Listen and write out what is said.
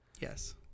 yes